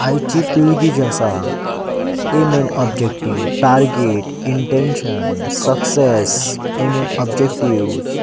आयची पिळगी जी आसा ती main objective target intention success aim and objective